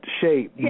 shape